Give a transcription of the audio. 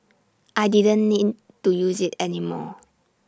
I didn't need to use IT anymore